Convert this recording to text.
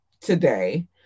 today